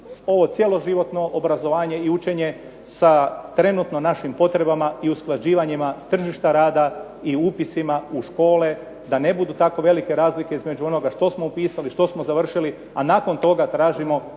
ovo cjeloživotno obrazovanje i učenje sa trenutno našim potrebama i usklađivanjima tržišta rada i upisima u škole. Da ne budu tako velike razlike između onoga što smo upisali, što smo završili, a nakon toga tražimo